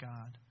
God